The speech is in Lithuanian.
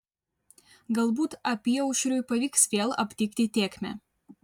galbūt apyaušriui pavyks vėl aptikti tėkmę